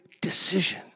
decision